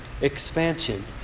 expansion